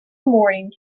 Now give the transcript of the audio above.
morning